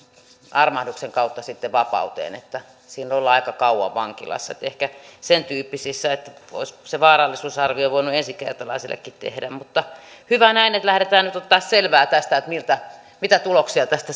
armahduksen kautta sitten päästään vapauteen eli siinä ollaan aika kauan vankilassa ehkä sentyyppisissä olisi sen vaarallisuusarvion voinut ensikertalaisellekin tehdä mutta hyvä näin että lähdetään nyt ottamaan selvää tästä mitä tuloksia tästä